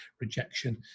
rejection